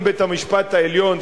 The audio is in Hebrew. אם בית-המשפט העליון,